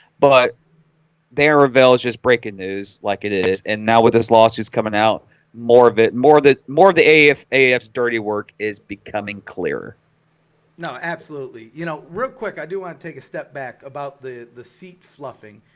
but there are villages breaking news like it is and now with this lawsuits coming out more of it more that more the a if a if af dirty work is becoming clearer no, absolutely, you know real quick. i do want to take a step back about the the seat fluffing